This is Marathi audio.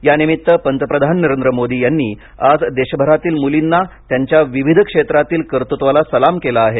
यानिमित्त पंतप्रधान नरेंद्र मोदी यांनी आज देशभरातील मूलींना त्यांच्या विविध क्षेत्रातील कर्तृत्वाला सलाम केला आहे